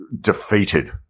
defeated